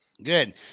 Good